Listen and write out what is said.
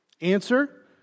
Answer